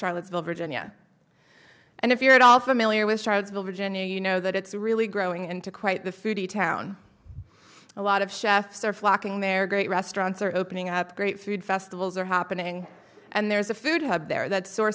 charlottesville virginia and if you're at all familiar with charlottesville virginia you know that it's really growing into quite the foodie town a lot of chefs are flocking there great restaurants are opening up great food festivals are happening and there's a food have there that so